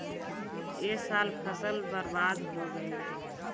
ए साल फसल बर्बाद हो गइल